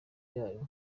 yayo